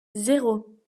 zéro